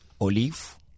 olive